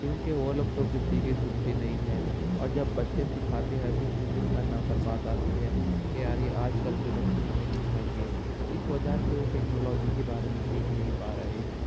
کیونکہ وہ لوگ تو کسی کی سنتے نہیں ہیں اور جب بچے سکھاتے ہیں تو ان کی انا پر بات آتی ہے کہ یار یہ آج کل کے بچے ہمیں سکھائیں گے اس وجہ سے وہ ٹیکنالوجی کے بارے میں سیکھ نہیں پا رہے ہیں